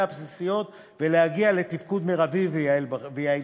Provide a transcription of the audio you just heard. הבסיסיות ולהגיע לתפקוד מרבי ויעיל בחברה.